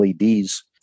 LEDs